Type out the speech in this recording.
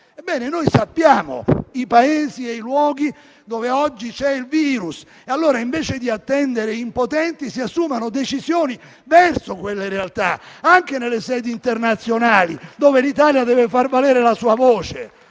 conosciamo i Paesi, i luoghi dove oggi c'è il virus. E, allora, invece di attendere impotenti, si assumano decisioni verso quelle realtà, anche nelle sedi internazionali dove l'Italia deve far valere la sua voce.